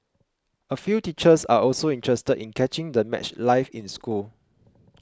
a few teachers are also interested in catching the match live in school